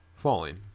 falling